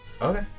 Okay